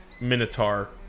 Minotaur